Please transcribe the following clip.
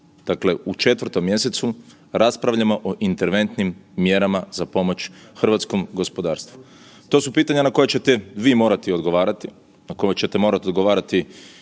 dakle u 4. Mjesecu raspravljamo o interventnim mjerama za pomoć hrvatskom gospodarstvu? To su pitanja na koja ćete vi morati odgovarati, na koja ćete morati odgovarati